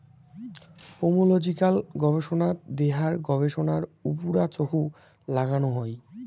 pomological গবেষনাত দেহার গবেষণার উপুরা চখু নাগানো হই